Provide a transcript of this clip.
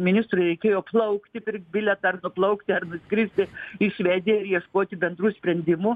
ministrui reikėjo plaukti pirkt bilietą ar nuplaukti ar nuskristi į švediją ir ieškoti bendrų sprendimų